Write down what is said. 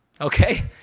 okay